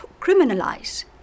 criminalize